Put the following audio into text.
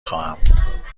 خواهم